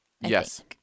Yes